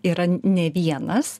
yra ne vienas